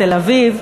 תל-אביב,